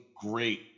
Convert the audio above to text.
great